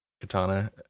Katana